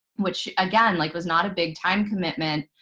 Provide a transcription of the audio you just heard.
which, again, like was not a big time commitment,